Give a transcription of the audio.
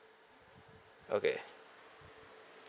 okay